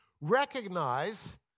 recognize